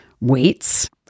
weights